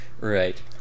right